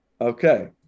okay